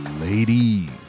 ladies